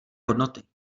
hodnoty